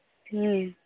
ᱦᱮᱸ